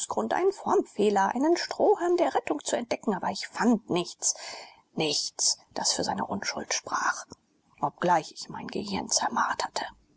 einen formfehler einen strohhalm der rettung zu entdecken aber ich fand nichts nichts das für seine unschuld sprach obgleich ich mein gehirn zermarterte